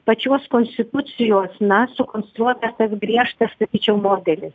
pačios konstitucijos na sukonstruotas tas griežtas statyčiau modelis